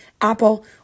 Apple